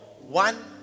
one